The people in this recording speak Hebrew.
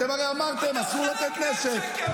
אתם הרי אמרתם: אסור לתת נשק.